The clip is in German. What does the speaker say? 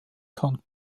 kann